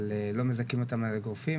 אבל לא מזכים אותם על אגרופים,